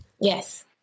Yes